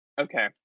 Okay